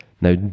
Now